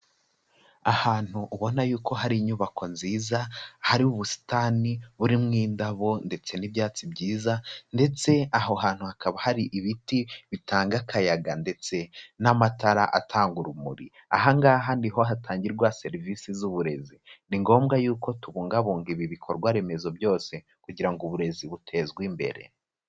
Ahantu ubona yuko hari inyubako nziza, hari ubusitani burimo indabo ndetse n'ibyatsi byiza, ndetse aho hantu hakaba hari ibiti bitanga akayaga ndetse n'amatara atanga urumuri, aha ngaha niho hatangirwa serivisi z'uburezi, ni ngombwa yuko tubungabunga ibi bikorwa remezo byose, kugira ngo uburezi butezwe imbere.